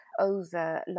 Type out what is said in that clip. over